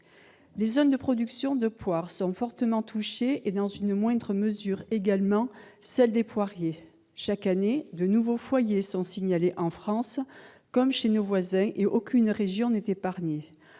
Les zones de production de poires sont fortement touchées et, dans une moindre mesure, celles de pommes. Chaque année, de nouveaux foyers sont signalés en France comme chez nos voisins ; aucune région n'est épargnée.